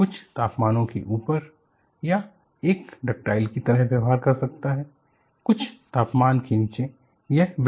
कुछ तापमानों से ऊपर यह एक डक्टाइल कि तरह व्यवहार कर सकता है कुछ तापमान से नीचे यह ब्रिटल हो सकता है इस तरह की समझ बनी